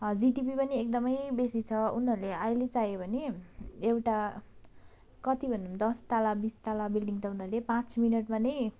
GDP पनि एकदम बेसी छ उनीहरूले अहिले चाह्यो भने एउटा कति भनौँ दस तला बिस तला बिल्डिङ त उनीहरूले पाँच मिनटमा नै